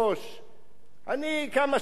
אני, כמה שנים ביליתי ברעננה.